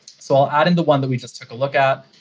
so i'll add in the one that we just took a look at.